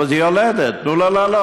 אבל זה יולדת, תנו לה לעלות.